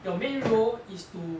your main role is to